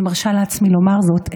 אני מרשה לעצמי לומר זאת,